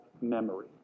memory